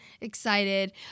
excited